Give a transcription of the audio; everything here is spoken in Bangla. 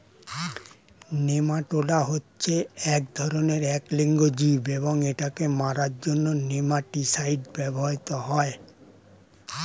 নেমাটোডা হচ্ছে এক ধরণের এক লিঙ্গ জীব এবং এটাকে মারার জন্য নেমাটিসাইড ব্যবহৃত হয়